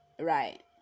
right